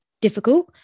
difficult